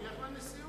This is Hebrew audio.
תלך לנשיאות.